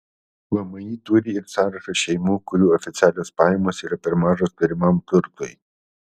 vmi turi ir sąrašą šeimų kurių oficialios pajamos yra per mažos turimam turtui